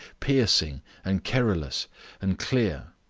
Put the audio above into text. piercing and querulous and clear,